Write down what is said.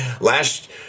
Last